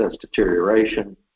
deterioration